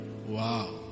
wow